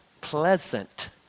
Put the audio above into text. Pleasant